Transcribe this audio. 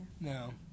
No